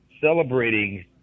celebrating